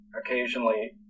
occasionally